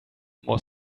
more